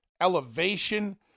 elevation